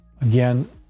again